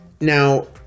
Now